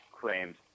claims